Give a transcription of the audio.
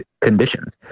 conditions